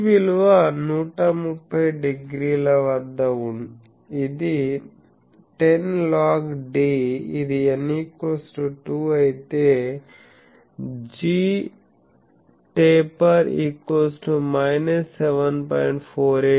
ఈ విలువ 130 డిగ్రీ వద్ద ఇది 10 log d ఇది n 2 అయితే gtaper 7